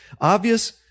Obvious